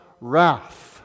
wrath